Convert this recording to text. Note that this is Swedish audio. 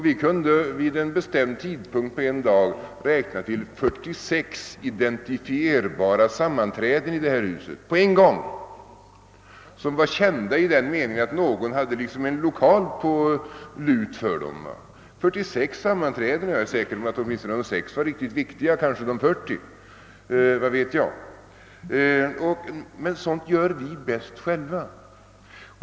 Vi kunde vid en bestämd tidpunkt på dagen räkna till 46 identifierbara sammanträden i huset. Dessa sammanträden hölls på en gång och de var kända i den meningen att någon liksom hade en lokal på lut för dem. Av dessa 46 är jag säker på att åtminstone sex var mycket viktiga, ja, kanske de 40, vad vet jag. Men sådan information skaffar vi bäst själva.